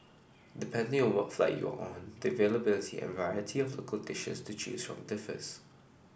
depending on what flight you are on the availability and variety of local dishes to choose from differs